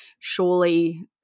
surely